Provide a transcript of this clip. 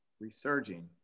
Resurging